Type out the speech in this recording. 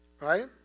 right